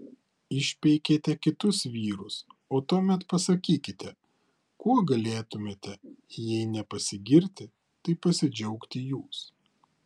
išpeikėte kitus vyrus o tuomet pasakykite kuo galėtumėte jei ne pasigirti tai pasidžiaugti jūs